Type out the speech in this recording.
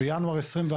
בינואר 2021